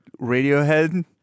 Radiohead